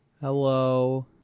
Hello